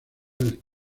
del